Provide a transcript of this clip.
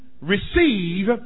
receive